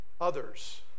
others